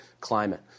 climate